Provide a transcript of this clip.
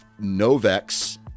Novex